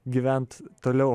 gyvent toliau